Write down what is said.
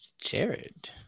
Jared